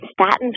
statins